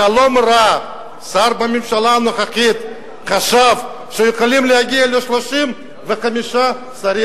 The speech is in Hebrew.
בחלום רע שר בממשלה הנוכחית חשב שיכולים להגיע ל-35 שרים,